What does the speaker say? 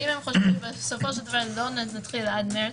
אם לא נתחיל עד מרס,